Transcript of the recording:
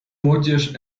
młodzież